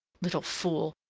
little fool,